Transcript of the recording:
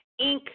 Inc